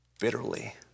bitterly